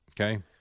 Okay